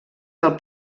del